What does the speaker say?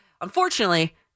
unfortunately